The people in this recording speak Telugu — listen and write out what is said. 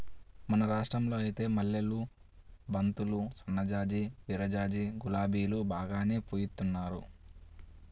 మన రాష్టంలో ఐతే మల్లెలు, బంతులు, సన్నజాజి, విరజాజి, గులాబీలు బాగానే పూయిత్తున్నారు